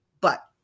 But-